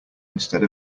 instead